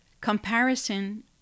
Comparison